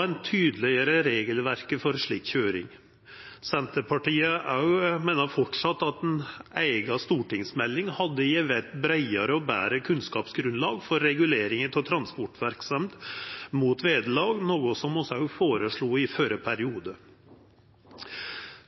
ein tydeleggjer regelverket for slik køyring. Senterpartiet meiner framleis at ei eiga stortingsmelding hadde gjeve eit breiare og betre kunnskapsgrunnlag for reguleringa av transportverksemd mot vederlag, noko vi føreslo i førre periode.